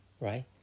Right